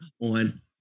on